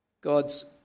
God's